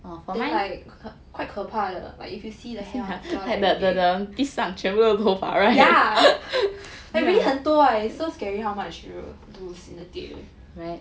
then like quite 可怕的 like if you see the hair on the floor end of the day ya I really 很多 it's so scary how much you will lose in a day